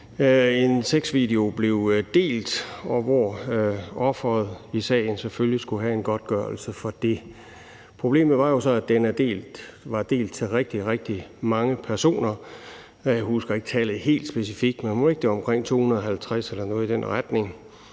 en sexvideo blev delt, og hvor ofret i sagen selvfølgelig skulle have en godtgørelse for det. Problemet var jo så, at videoen var delt af rigtig, rigtig mange personer – jeg husker ikke tallet helt specifikt, men mon ikke det var omkring 250 eller noget i den retning.